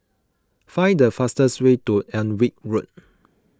find the fastest way to Alnwick Road